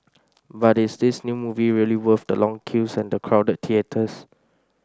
but is this new movie really worth the long queues and the crowded theatres